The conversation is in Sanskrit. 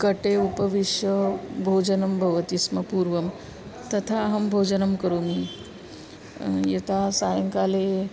कटे उपविश्य भोजनं भवति स्म पूर्वं तथा अहं भोजनं करोमि यथा सायङ्काले